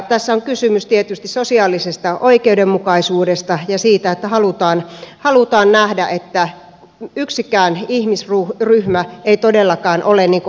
tässä on kysymys tietysti sosiaalisesta oikeudenmukaisuudesta ja siitä että halutaan nähdä että yksikään ihmisryhmä ei todellakaan ole ulkopuolella